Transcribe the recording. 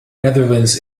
netherlands